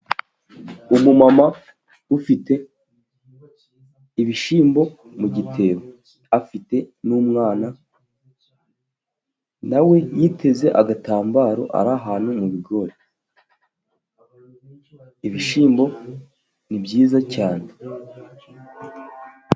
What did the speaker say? Umumama ufite ibishyimbo mu gitebo, afite n'umwana nawe yiteze agatambaro, ari ahantu mu bigori, ibishyimbo ni byiza cyane.